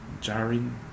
Jarring